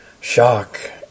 shock